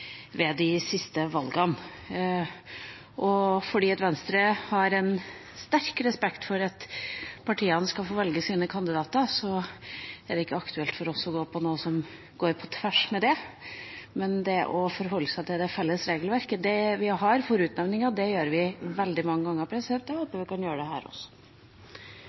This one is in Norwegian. ved de siste valgene. Fordi Venstre har stor respekt for at partiene skal få velge sine kandidater, er det ikke aktuelt for oss å gå for noe som går på tvers av det. Å forholde seg til det felles regelverket vi har for utnevning, gjør vi veldig mange ganger, og jeg håper at vi kan gjøre det nå også.